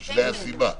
או שזו הייתה הסיבה?